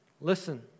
listen